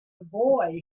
boy